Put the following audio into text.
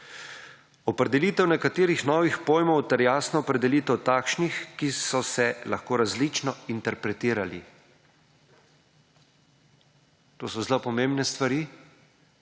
Opredelite nekaterih novih pojmov ter jasno opredelitev takšnih, ki so se lahko različno interpretirali. To so zelo pomembne stvari,